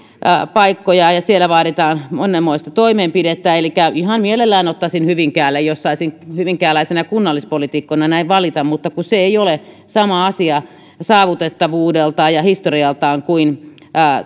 paikkoja siellä vaaditaan monenmoista toimenpidettä ihan mielellään ottaisin hyvinkäälle jos saisin hyvinkääläisenä kunnallispoliitikkona näin valita mutta kun se ei ole sama asia saavutettavuudeltaan ja historialtaan kuin